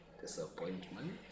disappointment